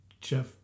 Jeff